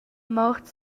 mort